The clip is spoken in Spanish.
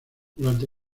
durante